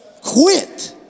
quit